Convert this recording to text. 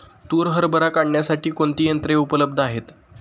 तूर हरभरा काढण्यासाठी कोणती यंत्रे उपलब्ध आहेत?